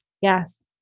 yes